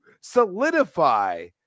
solidify